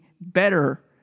better